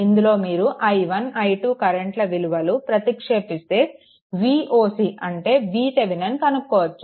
ఇందులో మీరు i1 i2 కరెంట్ల విలువలు ప్రతిక్షేపిస్తే Voc అంటే VThevenin కనుక్కోవచ్చు